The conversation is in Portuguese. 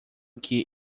que